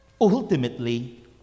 Ultimately